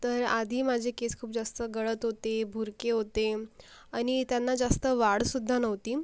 तर आधी माझे केस खूप जास्त गळत होते भुरके होते आणि त्यांना जास्त वाढसुद्धा नव्हती